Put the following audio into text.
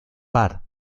par